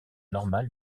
normale